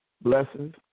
blessings